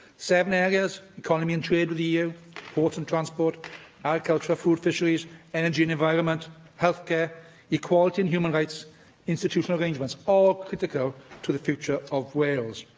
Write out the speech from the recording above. seven areas economy and trade with the eu ports and transport agriculture, food and fisheries energy and environment healthcare equality and human rights institutional arrangements all critical to the future of wales.